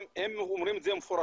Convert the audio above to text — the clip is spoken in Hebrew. הם אומרים את זה מפורשות,